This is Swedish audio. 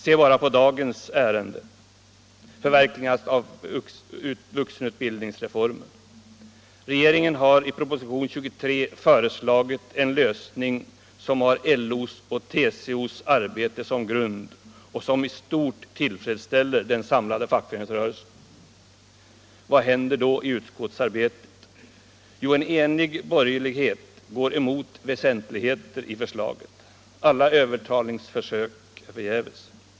Se bara på dagens ärende, förverkligandet av vuxenutbildningsreformen! Regeringen har i propositionen 23 föreslagit en lösning som har LO:s och TCO:s arbete som grund och som i stort tillfredsställer den samlade fackföreningsrörelsen. Vad händer då i utskottsarbetet? Jo, en enig borgerlighet går emot väsentligheter i förslaget. Alla övertalningsförsök är förgäves.